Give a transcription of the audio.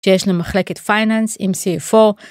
שיש לנו מחלקת פייננס, MCA4.